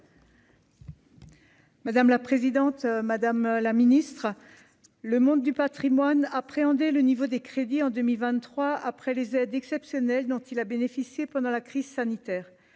Madame la présidente, madame la Ministre, le monde du Patrimoine appréhender le niveau des crédits en 2023 après les aides exceptionnelles dont il a bénéficié pendant la crise sanitaire,